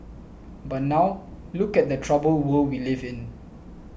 but now look at the troubled world we live in